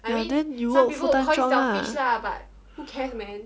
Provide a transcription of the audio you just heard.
ah then you work full time job lah